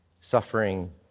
Suffering